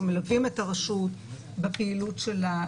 אנחנו מלווים את הרשות בפעילות שלה,